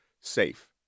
safe